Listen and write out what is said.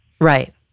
Right